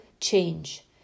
change